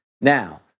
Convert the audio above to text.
Now